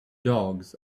dogs